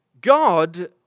God